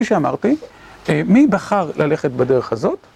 כפי שאמרתי, מי בחר ללכת בדרך הזאת?